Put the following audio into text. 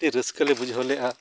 ᱟᱹᱰᱤ ᱨᱟᱹᱥᱠᱟᱹᱞᱮ ᱵᱩᱡᱷᱟᱹᱣᱞᱮᱫᱼᱟ